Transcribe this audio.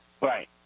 Right